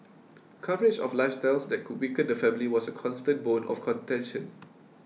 coverage of lifestyles that could weaken the family was a constant bone of contention